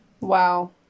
Wow